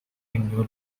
new